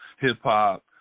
hip-hop